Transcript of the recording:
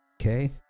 Okay